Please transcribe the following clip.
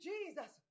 Jesus